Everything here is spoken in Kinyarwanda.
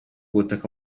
butaka